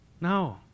No